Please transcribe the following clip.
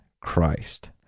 Christ